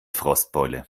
frostbeule